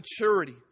maturity